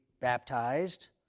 baptized